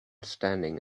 standing